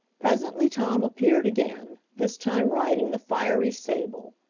presently tom appeared again, this time riding the fiery sable.